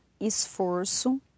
esforço